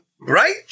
Right